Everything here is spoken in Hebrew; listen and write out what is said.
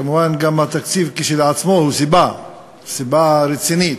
כמובן, גם התקציב כשלעצמו הוא סיבה, סיבה רצינית,